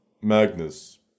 Magnus